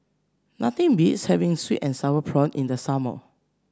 nothing beats having sweet and sour prawns in the summer